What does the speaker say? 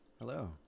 Hello